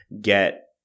get